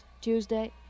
Tuesday